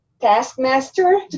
taskmaster